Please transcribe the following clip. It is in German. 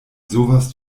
sowas